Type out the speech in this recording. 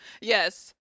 Yes